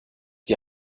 die